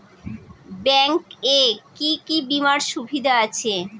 Bank এ কি কী বীমার সুবিধা আছে?